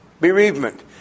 bereavement